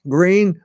Green